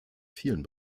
vielen